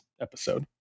episode